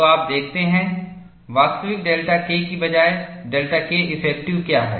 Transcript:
तो आप देखते हैं वास्तविक डेल्टा K की बजाय डेल्टा Keffective क्या है